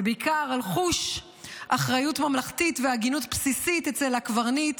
ובעיקר על חוש אחריות ממלכתית והגינות בסיסית אצל הקברניט,